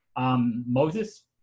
Moses